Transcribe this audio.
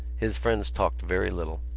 his friends talked very little.